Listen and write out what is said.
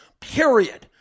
period